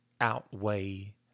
outweigh